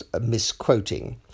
misquoting